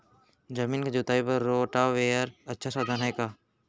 जमीन के जुताई बर रोटोवेटर अच्छा साधन हे का?